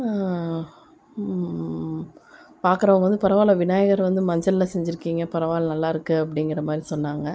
பாக்கிறவங்க வந்து பரவாயில்ல விநாயகர் வந்து மஞ்சளில் செஞ்சுருக்கீங்க பரவாயில்ல நல்லாயிருக்கு அப்படிங்கிற மாதிரி சொன்னாங்க